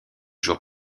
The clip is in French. jours